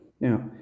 Now